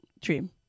dream